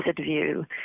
view